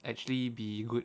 actually be good